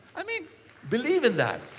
i mean believe in that.